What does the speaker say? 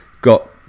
got